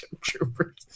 Troopers